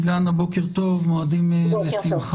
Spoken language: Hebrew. אילנה, בוקר טוב, מועדים לשמחה.